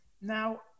Now